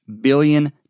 Billion